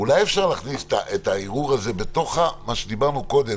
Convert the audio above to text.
אולי אפשר להכניס את הערעור הזה בתוך מה שדיברנו קודם.